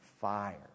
fire